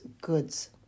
goods